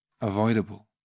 avoidable